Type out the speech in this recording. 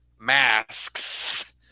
masks